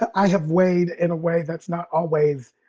i have weighed in a way that's not always